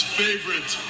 favorite